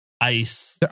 ice